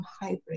hybrid